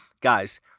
Guys